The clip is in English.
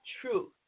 truth